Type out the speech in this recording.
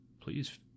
please